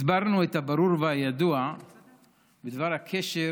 הסברנו את הברור והידוע בדבר הקשר